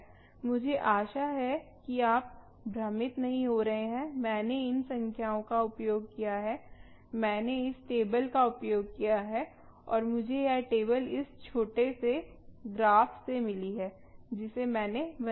मुझे आशा है कि आप भ्रमित नहीं हो रहे हैं मैंने इस संख्याओं का उपयोग किया है मैंने इस टेबल का उपयोग किया है और मुझे यह टेबल इस छोटे ग्राफ से मिली है जिसे मैंने बनाया है